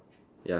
ya